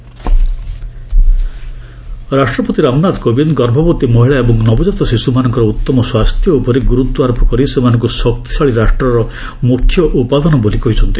ରିଭ୍ ପ୍ରେସିଡେଣ୍ଟ୍ ରାଷ୍ଟ୍ରପତି ରାମନାଥ କୋବିନ୍ଦ ଗର୍ଭବତୀ ମହିଳା ଏବଂ ନବଜାତ ଶିଶୁମାନଙ୍କର ଉତ୍ତମ ସ୍ୱାସ୍ଥ୍ୟ ଉପରେ ଗୁରୁତ୍ୱାରୋପ କରି ସେମାନଙ୍କୁ ଶକ୍ତିଶାଳୀ ରାଷ୍ଟ୍ରର ମୁଖ୍ୟ ଉପାଦାନ ବୋଲି କହିଚ୍ଚନ୍ତି